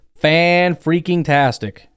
fan-freaking-tastic